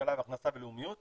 השכלה והכנסה ולאומיות,